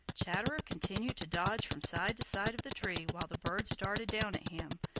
chatterer continued to dodge from side to side of the tree while the birds darted down at him,